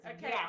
Okay